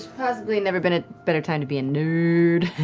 possibly never been a better time to be a nerd.